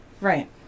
Right